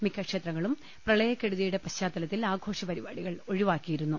മിക്കക്ഷേത്രങ്ങളും പ്രളയക്കെടുതിയുടെ പശ്ചാത്തലത്തിൽ ആഘോഷപരിപാടികൾ ഒഴിവാക്കിയിരുന്നു